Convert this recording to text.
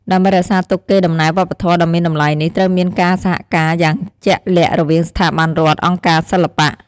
ដើម្បីរក្សាទុកកេរ្តិ៍ដំណែលវប្បធម៌ដ៏មានតម្លៃនេះ ត្រូវមានការសហការយ៉ាងជាក់លាក់រវាងស្ថាប័នរដ្ឋ អង្គការសិល្បៈ។